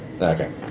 Okay